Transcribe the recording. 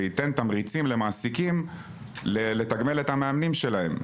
וייתן תמריצים למעסיקים לתגמל את המאמנים שלהם.